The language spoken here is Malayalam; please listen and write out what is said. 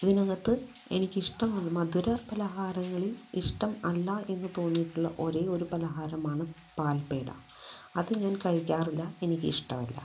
ഇതിനക്കത് എനിക്ക് ഇഷ്ടമുള്ളത് മധുരപലഹാരങ്ങളിൽ ഇഷ്ടം അല്ല എന്ന് തോന്നിയിട്ടുള്ള ഒരേ ഒരു പലഹാരമാണ് പാൽപേട അത് ഞാൻ കഴിക്കാറില്ല എനിക്ക് ഇഷ്ടവല്ല